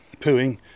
pooing